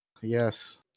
Yes